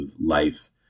life